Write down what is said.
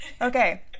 Okay